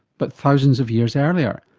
but thousands of years earlier.